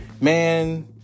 Man